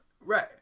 Right